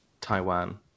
Taiwan